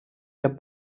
der